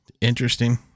Interesting